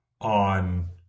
on